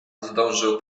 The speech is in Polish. zdążył